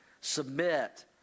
submit